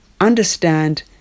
understand